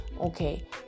okay